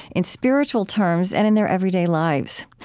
in spiritual terms and in their everyday lives.